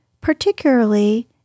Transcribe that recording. particularly